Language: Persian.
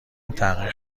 تحقیق